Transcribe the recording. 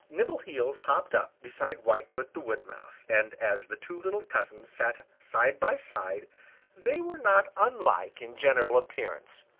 nimbleheels hopped up beside whitefoot the wood mouse, and as the two little cousins sat side by side they were not unlike in general appearance,